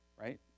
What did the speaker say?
right